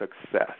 success